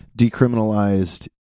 decriminalized